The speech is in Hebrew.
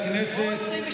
זו הייתה דחייה ראשונה.